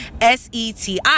SETI